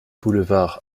boulevard